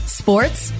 sports